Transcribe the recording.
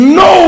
no